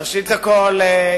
ראשית כול,